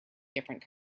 different